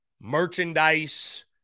merchandise